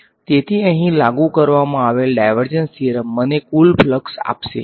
તેથી અહીં લાગુ કરવામાં આવેલ ડાયવર્જન્સ થીયરમ મને કુલ ફ્લક્સ આપશે